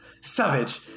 Savage